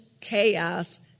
chaos